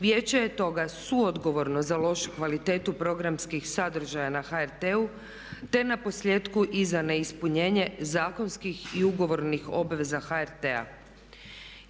Vijeće je stoga suodgovorno za lošu kvalitetu programskih sadržaja na HRT-u, te naposljetku i za neispunjenje zakonskih i ugovornih obveza HRT-a.